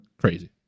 crazy